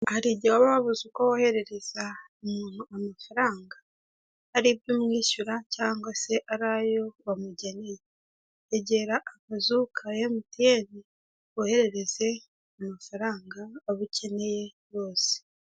Hari igihe waba wabuze uko woherereza umuntu amafaranga, ari abyo umwishyura cyangwa se ari ayo wamugeneye, egera akazu ka emutiyene woherereze amafaranga abo ukeneye bose.